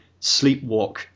sleepwalk